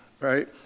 right